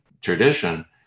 tradition